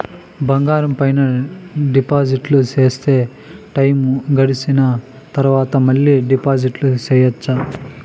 బంగారం పైన డిపాజిట్లు సేస్తే, టైము గడిసిన తరవాత, మళ్ళీ డిపాజిట్లు సెయొచ్చా?